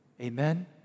Amen